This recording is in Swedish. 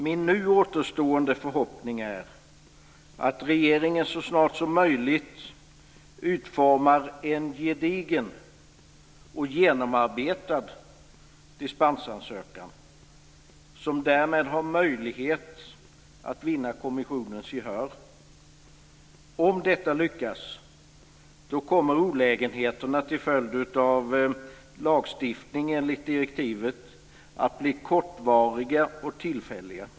Min nu återstående förhoppning är att regeringen så snart som möjligt utformar en gedigen och genomarbetad dispensansökan som därmed har möjlighet att vinna kommissionens gehör. Om detta lyckas kommer olägenheterna till följd av lagstiftning enligt direktivet att bli kortvariga och tillfälliga.